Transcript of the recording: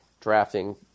drafting